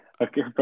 Okay